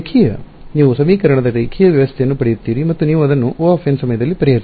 ರೇಖೀಯ ನೀವು ಸಮೀಕರಣದ ರೇಖೀಯ ವ್ಯವಸ್ಥೆಯನ್ನು ಪಡೆಯುತ್ತೀರಿ ಮತ್ತು ನೀವು ಅದನ್ನು O ಸಮಯದಲ್ಲಿ ಪರಿಹರಿಸಬಹುದು